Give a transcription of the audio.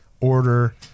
order